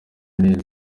neza